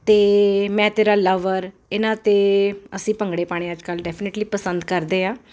ਤੇ ਮੈਂ ਤੇਰਾ ਲਵਰ ਇਹਨਾਂ ਤੇ ਅਸੀਂ ਭੰਗੜੇ ਪਾਣੇ ਅੱਜਕੱਲ ਡੈਫਨੇਟਲੀ ਪਸੰਦ ਕਰਦੇ ਆ